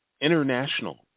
international